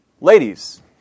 ladies